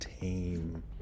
tame